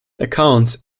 accounts